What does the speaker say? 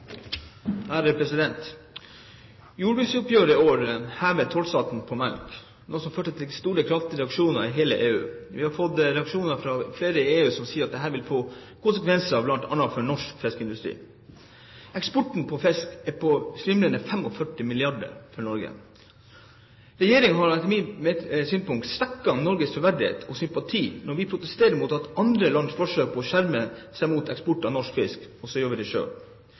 Jordbruksoppgjøret i år hevet tollsatsen på melk, noe som førte til kraftige reaksjoner i hele EU. Vi har fått reaksjoner fra flere i EU som sier at dette vil få konsekvenser, bl.a. for norsk fiskeindustri. Norge eksporterer fisk for svimlende 45 mrd. kr. Regjeringen har etter mitt syn svekket Norges troverdighet og sympati når vi protesterer mot andre lands forsøk på å skjerme seg mot eksport av norsk fisk, og så gjør vi det